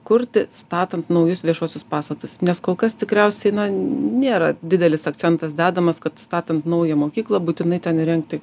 kurti statant naujus viešuosius pastatus nes kol kas tikriausiai na nėra didelis akcentas dedamas kad statant naują mokyklą būtinai ten įrengti